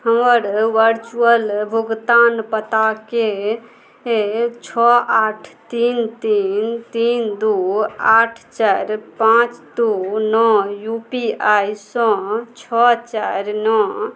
हमर वर्चुअल भुगतान पताके सँ छओ आठ तीन तीन तीन दू आठ चारि पाँच दू नओ यू पी आइ सँ छओ चारि नओ